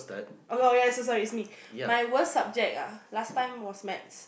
oh oh ya so sorry is me my worst subject ah last time was maths